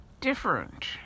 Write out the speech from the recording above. different